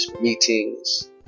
meetings